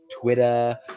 Twitter